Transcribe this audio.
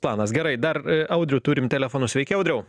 planas gerai dar audrių turim telefonu sveiki audriau